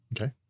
Okay